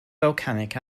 volcanic